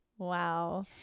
Wow